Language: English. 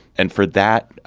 and for that,